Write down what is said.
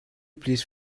please